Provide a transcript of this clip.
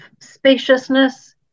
spaciousness